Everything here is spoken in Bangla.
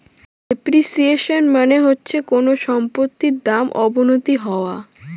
ডেপ্রিসিয়েশন মানে হচ্ছে কোনো সম্পত্তির দাম অবনতি হওয়া